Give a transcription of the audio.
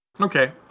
Okay